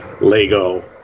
Lego